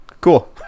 cool